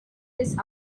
this